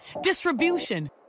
distribution